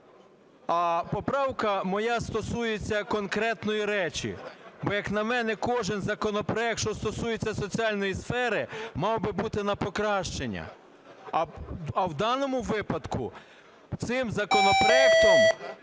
А поправка моя стосується конкретної речі. Бо, як на мене, кожен законопроект, що стосується соціальної сфери, мав би бути на покращення. А в даному випадку цим законопроектом